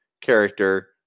character